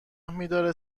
نمیداره